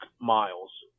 miles